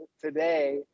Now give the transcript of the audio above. today